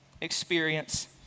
experience